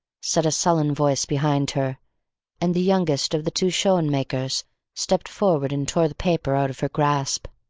said a sullen voice behind her and the youngest of the two schoenmakers stepped forward and tore the paper out of her grasp.